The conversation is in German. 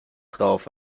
drauf